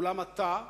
אולם אתה,